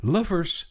Lovers